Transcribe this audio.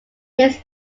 its